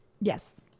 Yes